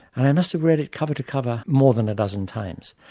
and i must have read it cover to cover more than a dozen times.